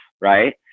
right